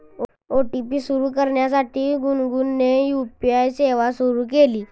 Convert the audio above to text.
OTP सुरू करण्यासाठी गुनगुनने यू.पी.आय सेवा सुरू केली